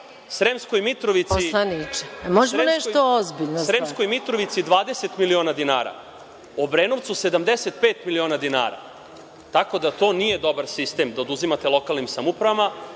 Sremskoj Mitrovici 20 miliona dinara, Obrenovcu 75 miliona dinara, tako da to nije dobar sistem, da oduzimate lokalnim samoupravama,